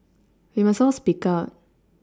we must all speak out